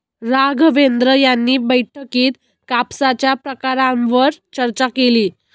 राघवेंद्र यांनी बैठकीत कापसाच्या प्रकारांवर चर्चा केली